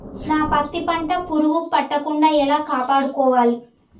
నా పత్తి పంట పురుగు పట్టకుండా ఎలా కాపాడుకోవాలి?